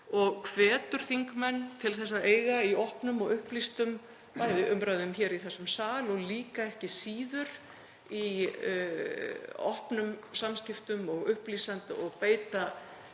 og hvetur þingmenn til að eiga í opnum og upplýstum bæði umræðum hér í þessum sal og líka, ekki síður, í opnum samskiptum og upplýsandi og beita